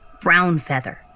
Brownfeather